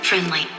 Friendly